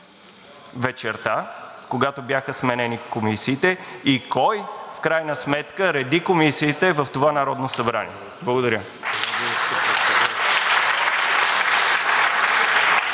вечерта, когато бяха сменени комисиите, и кой в крайна сметка реди комисиите в това Народно събрание? Благодаря.